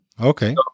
Okay